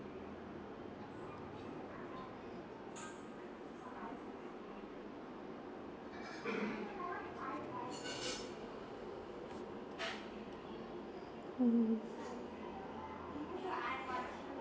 mmhmm